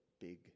big